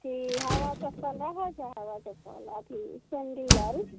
अथी हवा चप्पल रहै छै हवा चप्पल अथी सैंडिल आरू